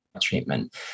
treatment